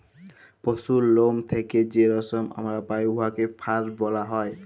পশুর লম থ্যাইকে যে রেশম আমরা পাই উয়াকে ফার ব্যলা হ্যয়